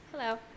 Hello